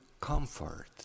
comfort